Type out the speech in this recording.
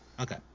Okay